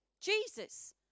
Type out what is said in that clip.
Jesus